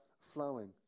flowing